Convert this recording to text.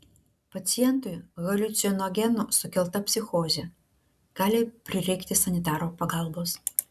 pacientui haliucinogenų sukelta psichozė gali prireikti sanitaro pagalbos